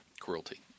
cruelty